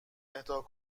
اهدا